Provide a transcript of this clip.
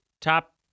top